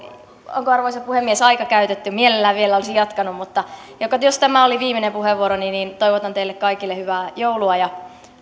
onko arvoisa puhemies aika käytetty mielelläni vielä olisin jatkanut mutta jos tämä oli viimeinen puheenvuoroni niin toivon teille kaikille hyvää joulua ja